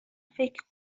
فکر